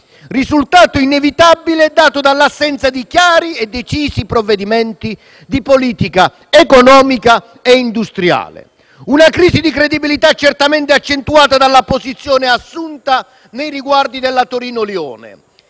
risultato inevitabile, dato dall'assenza di chiari e decisi provvedimenti di politica economica e industriale. È una crisi di credibilità certamente accentuata dalla posizione assunta nei riguardi della linea Torino-Lione.